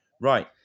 Right